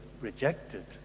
rejected